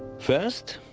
first,